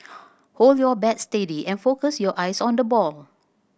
hold your bat steady and focus your eyes on the ball